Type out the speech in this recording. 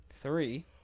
three